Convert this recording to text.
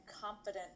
confident